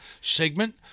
segment